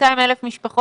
כאן יש את המייל שלי,